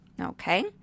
Okay